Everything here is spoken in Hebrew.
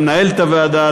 למנהלת הוועדה,